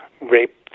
rape